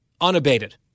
unabated